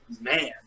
man